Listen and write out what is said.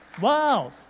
Wow